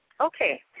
Okay